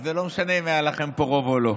אז זה לא משנה אם היה לכם פה רוב או לא.